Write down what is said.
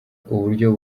uburyo